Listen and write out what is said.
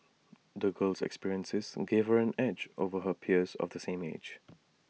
the girl's experiences gave her an edge over her peers of the same age